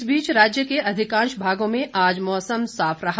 इस बीच राज्य के अधिकांश भागों में आज मौसम साफ रहा